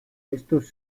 estos